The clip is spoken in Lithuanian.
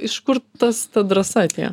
iš kur tas ta drąsa atėjo